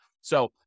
So-